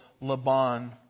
Laban